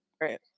right